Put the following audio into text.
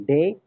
Day